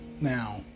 Now